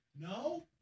No